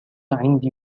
عندي